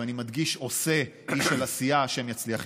ואני מדגיש, "עושה" איש של עשייה, ה' יצליח עימך.